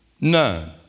None